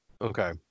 Okay